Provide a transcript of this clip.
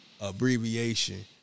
abbreviation